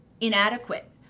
inadequate